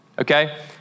okay